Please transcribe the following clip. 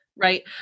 Right